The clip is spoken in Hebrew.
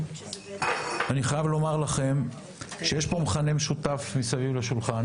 אני חייב לומר לכם שיש פה מכנה משותף מסביב לשולחן